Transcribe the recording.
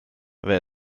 wer